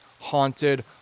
haunted